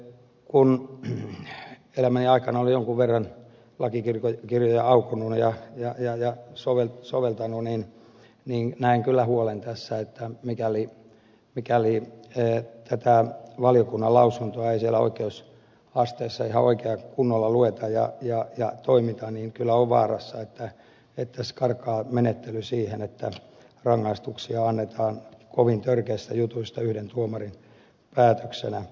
kun elämäni aikana olen jonkun verran lakikirjoja aukonut ja soveltanut niin näen kyllä huolen tässä että mikäli tätä valiokunnan lausuntoa ei siellä oikeusasteessa ihan oikein ja kunnolla lueta ja toimita niin kyllä on vaarana että karkaa menettely siihen että rangaistuksia annetaan kovin törkeistä jutuista yhden tuomarin päätöksenä